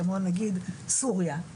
כמו נגיד סוריה,